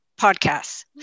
podcasts